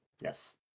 yes